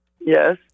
Yes